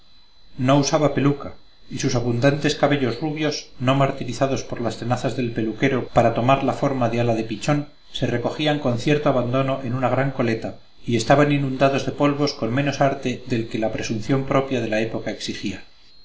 no usaba peluca y sus abundantes cabellos rubios no martirizados por las tenazas del peluquero para tomar la forma de ala de pichón se recogían con cierto abandono en una gran coleta y estaban inundados de polvos con menos arte del que la presunción propia de la época exigía